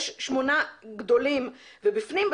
יש שמונה גדולים ובפנים,